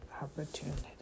opportunity